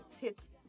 tits